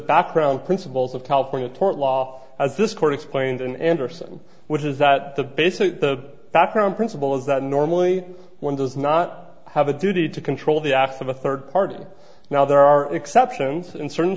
background principles of california tort law as this court explained in anderson which is that the base the background principle is that normally one does not have a duty to control the act the third part now there are exceptions in certain